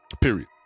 Period